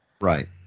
Right